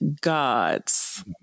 gods